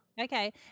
Okay